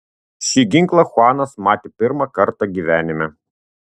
šį ginklą chuanas matė pirmą kartą gyvenime